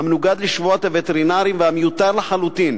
המנוגד לשבועת הווטרינרים והמיותר לחלוטין